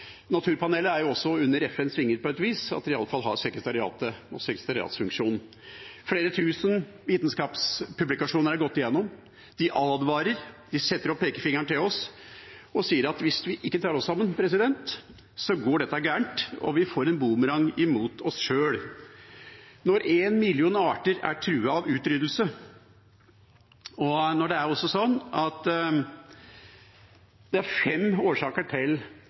Naturpanelet er under FNs vinger på et vis; de har i alle fall sekretariatet og sekretariatsfunksjonen. Jeg har gått gjennom flere tusen vitenskapspublikasjoner. De advarer, retter pekefingeren mot oss og sier at hvis vi ikke tar oss sammen, går dette galt, og vi får en bumerang imot oss sjøl. Når én million arter er truet av utryddelse – f.eks. har dyrebestander blitt halvert i løpet av min voksne periode, i løpet av 40 år – er